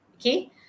Okay